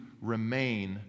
remain